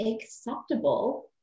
acceptable